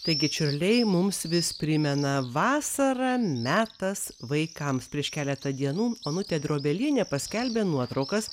taigi čiurliai mums vis primena vasara metas vaikams prieš keletą dienų onutė drobelienė paskelbė nuotraukas